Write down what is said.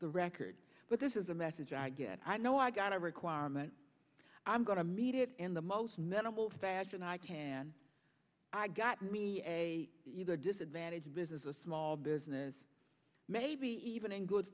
the record but this is a message i get i know i got a requirement i'm going to meet it in the most minimal fashion i can i got me a disadvantage business a small business maybe even in good